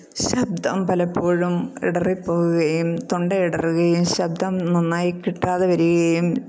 ശബ്ദം പലപ്പോഴും ഇടറി പോവുകയും തൊണ്ട ഇടറുകയും ശബ്ദം നന്നായി കിട്ടാതെ വരികയും